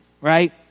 right